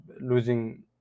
losing